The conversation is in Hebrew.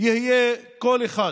יהיה קול אחד.